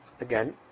Again